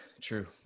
True